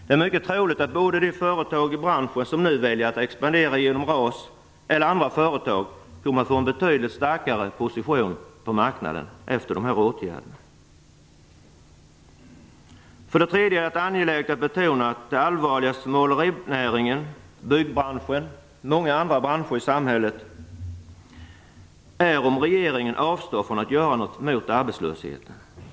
Det är mycket troligt att både de företag i branschen som nu väljer att expandera genom RAS och andra företag kommer att få en betydligt starkare position på marknaden efter dessa åtgärder. För det tredje är det angeläget att betona att det allvarligaste för målerinäringen, byggbranschen och många andra branscher i samhället är om regeringen avstår från att göra något åt arbetslösheten.